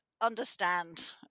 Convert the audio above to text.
understand